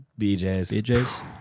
BJ's